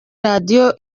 radiyo